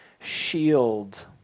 shield